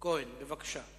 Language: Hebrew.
יצחק כהן, בבקשה.